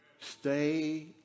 stay